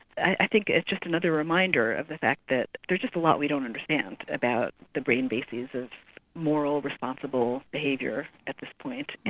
i think it's just another reminder of the fact that there is just a lot we don't understand about the brain bases of moral, responsible behaviour at this point.